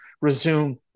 resume